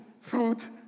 fruit